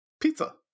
pizza